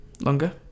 longer